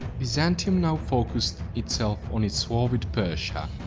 byzantium now focused itself on its war with persia.